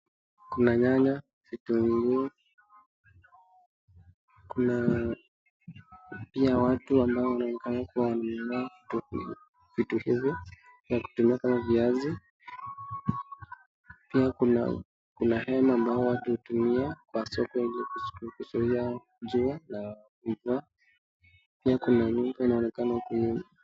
Kuna nyanya, vitunguu, na pia watu wameonekana kuvinunua vitu hivi, kama viazi, pia kuna hema ambayo watu hutumia kwa soko ili kuzuia jua na mvua, pia kuna nyumba inaonekana huko nyuma.